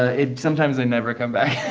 ah it sometimes they never come back.